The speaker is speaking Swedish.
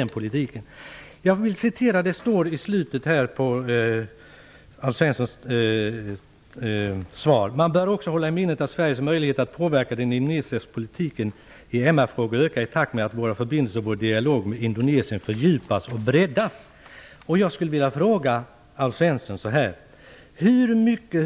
Det står följande i slutet av Alf Svenssons svar: ''Man bör också hålla i minnet att Sveriges möjligheter att påverka den indonesiska politiken i MR-frågor ökar i takt med att våra förbindelser och vår dialog med Indonesien fördjupas och breddas.''